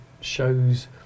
shows